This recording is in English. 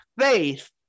faith